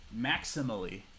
Maximally